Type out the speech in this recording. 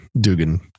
Dugan